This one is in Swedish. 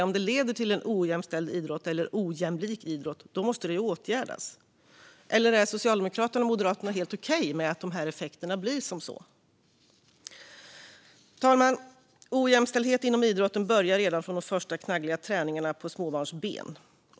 Om det leder till en ojämställd eller ojämlik idrott måste det åtgärdas, eller är Socialdemokraterna och Moderaterna helt okej med att dessa effekter uppstår? Herr talman! Ojämställdhet inom idrotten börjar redan vid de första, knaggliga träningarna på småbarnsben.